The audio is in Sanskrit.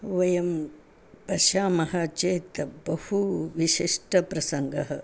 वयं पश्यामः चेत् बहु विशिष्टप्रसङ्गः